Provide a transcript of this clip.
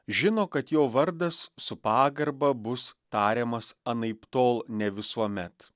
žino kad jo vardas su pagarba bus tariamas anaiptol ne visuomet